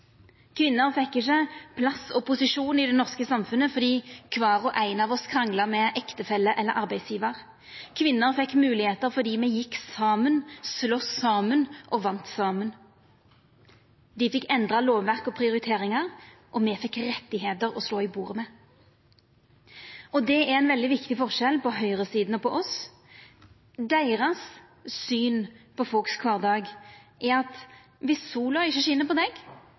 Kvinner fekk ikkje plass og posisjon i det norske samfunnet fordi kvar og ein av oss krangla med ektefelle eller arbeidsgjevar. Kvinner fekk moglegheiter fordi me gjekk saman, slost saman og vann saman. Dei fekk endra lovverk og prioriteringar – og me fekk rettar å slå i bordet med. Det er ein veldig viktig forskjell på høgresida og oss. Deira syn på kvardagen til folk er at dersom sola ikkje skin på deg,